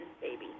baby